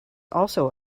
also